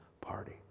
party